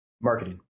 Marketing